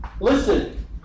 Listen